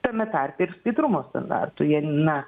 tame tarpe ir skaidrumo standartų jie na